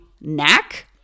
knack